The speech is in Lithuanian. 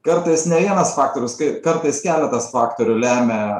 kartais neigiamas faktorius kai kartais keletas faktorių lemia